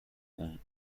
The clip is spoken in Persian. اون